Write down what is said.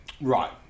Right